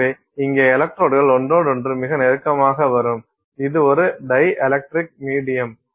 எனவே இங்கே எலக்ட்ரோட்கள் ஒன்றோடொன்று மிக நெருக்கமாக வரும் இது ஒரு டைஎலக்ட்ரிக் மீடியம்